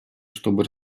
чтобы